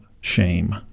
shame